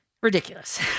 ridiculous